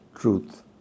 truth